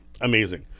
amazing